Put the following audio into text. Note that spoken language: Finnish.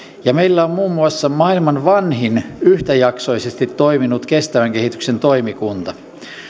ja meillä on muun muassa maailman vanhin yhtäjaksoisesti toiminut kestävän kehityksen toimikunta